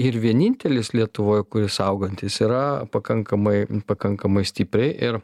ir vienintelis lietuvoj kuris augantis yra pakankamai pakankamai stipriai ir